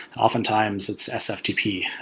oftentimes it's fstp.